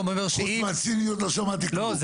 חוץ מהציניות לא שמעתי כלום.